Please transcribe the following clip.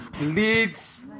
leads